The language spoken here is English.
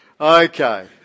Okay